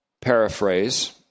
paraphrase